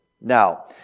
Now